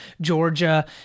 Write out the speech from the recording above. Georgia